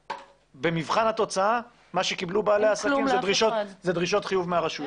במבחן התוצאה מה שקיבלו בעלי העסקים אלה דרישות חיוב מהרשויות.